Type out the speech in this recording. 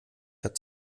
hat